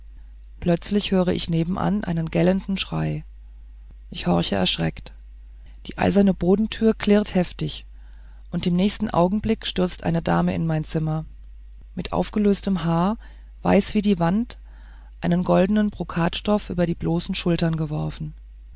plötzlich höre ich nebenan einen gellenden schrei ich horche erschreckt die eiserne bodentür klirrt heftig und im nächsten augenblick stürzt eine dame in mein zimmer mit aufgelöstem haar weiß wie die wand einen goldenen brokatstoff über die bloßen schultern geworfen